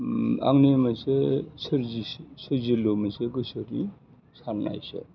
ओम आंनि मोनसे सोरजिसि सोरजिलु मोनसे गोसोनि साननायसो